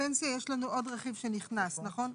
בפנסיה יש לנו עוד רכיב שנכנס, נכון?